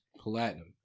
platinum